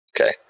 okay